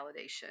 validation